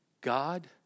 God